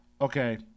okay